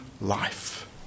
life